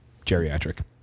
geriatric